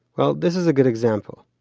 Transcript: well, this is a good example.